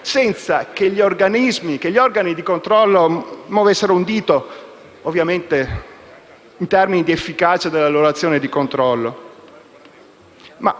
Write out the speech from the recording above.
senza che gli organi di controllo muovessero un dito, ovviamente in termini di efficacia della loro azione di controllo. Di